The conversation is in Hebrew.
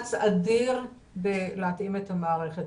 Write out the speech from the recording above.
מאמץ אדיר להתאמת המערכת,